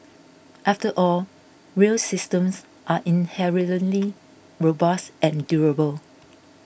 after all rail systems are inherently robust and durable